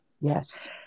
yes